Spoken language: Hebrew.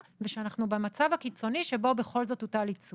ושאנחנו במצב הקיצוני שבו בכל זאת הוטל עיצום.